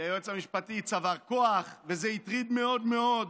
כי היועץ המשפטי צבר כוח וזה הטריד מאוד מאוד